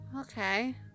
okay